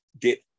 get